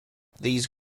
these